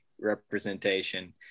representation